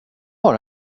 har